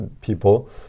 people